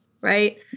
right